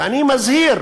ואני מזהיר